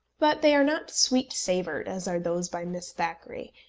but they are not sweet-savoured as are those by miss thackeray,